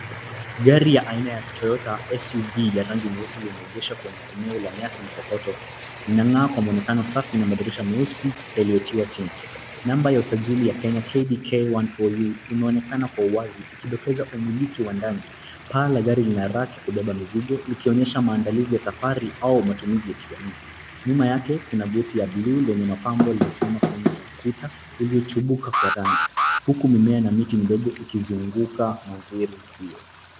Gari ya aina ya Toyota SUV ya rangi nyeusi limeegeshwa kwenye eneo la nyasi na kokoto. Linang'aa kwa mwonekano safi na madirisha nyeusi yaliyotiwa tint . Namba ya usajili ya Kenya KDK 143U imeonekana kwa wazi ikijidokeza umiliki wa ndani. Paa la gari ina rack ya kubeba mizigo ikionyesha maandalizi ya safari au matumizi ya kijamii. Nyuma yake kuna gate ya bluu lenye mapambo imesimama kwenye ukuta uliochubuka kwa rangi huku mimea na miti midogo ikizunguka mandhari hiyo.